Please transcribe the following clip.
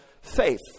faith